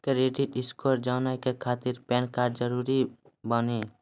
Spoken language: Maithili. क्रेडिट स्कोर जाने के खातिर पैन कार्ड जरूरी बानी?